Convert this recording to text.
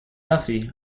duffy